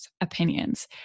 opinions